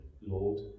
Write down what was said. Lord